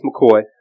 McCoy